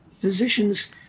physicians